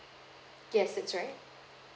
yes that's right